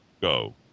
Go